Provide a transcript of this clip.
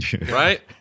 Right